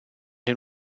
den